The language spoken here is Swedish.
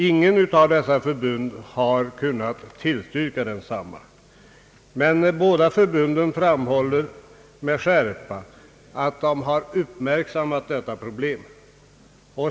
Inget av dessa förbund har kunnat tillstyrka dem, men båda förbunden framhåller med skärpa att de har uppmärksammat problemet.